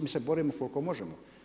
mi se borimo koliko možemo.